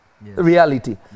reality